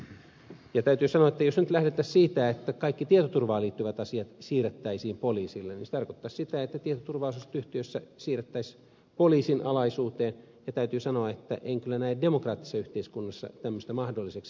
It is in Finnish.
täytyy sanoa että jos nyt lähdettäisiin siitä että kaikki tietoturvaan liittyvät asiat siirrettäisiin poliisille niin se tarkoittaisi sitä että tietoturva asiat yhtiöissä siirrettäisiin poliisin alaisuuteen ja täytyy sanoa että en kyllä näe demokraattisessa yhteiskunnassa tämmöistä mahdolliseksi